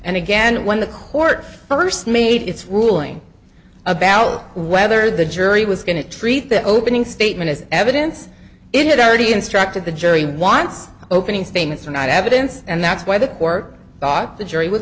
and again when the court first made its ruling about whether the jury was going to treat the opening statement as evidence it had already instructed the jury wants opening statements are not evidence and that's why the work thought the jury would